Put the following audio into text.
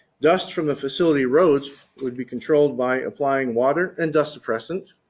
dust from the facility roads will be controlled by applying water and dust suppressant,